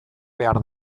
behar